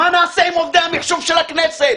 מה נעשה עם עובדי המחשוב של הכנסת?